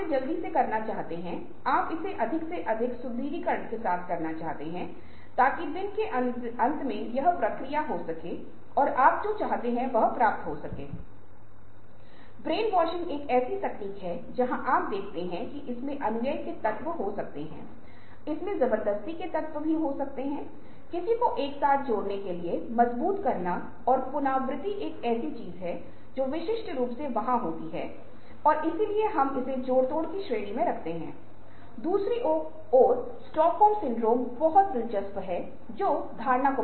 इसलिए वे निर्णय लेने में अच्छे होंगे उनकी सोच रचनात्मक होगी उनमे समस्या सुलझाने की क्षमता होगी वे काम करने के लिए बहुत प्रयास करेंगे